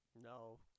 No